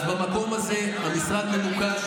אז במקום הזה המשרד ממוקד,